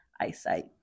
eyesight